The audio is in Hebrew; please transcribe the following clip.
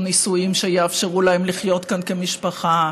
או נישואין